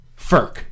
Ferk